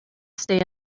stay